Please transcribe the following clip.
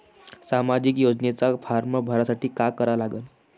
सामाजिक योजनेचा फारम भरासाठी का करा लागन?